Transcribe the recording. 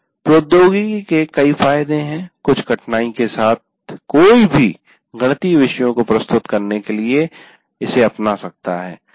प्रौद्योगिकी के कई फायदे हैं कुछ कठिनाई के साथ कोई भी गणितीय विषयों को प्रस्तुत करने के लिए इसे अपना सकता है